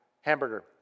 hamburger